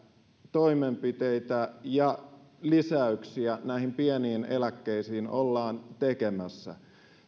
toimenpiteitä ja lisäyksiä näihin pieniin eläkkeisiin ollaan tekemässä